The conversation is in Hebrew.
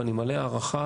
ואני מלא הערכה.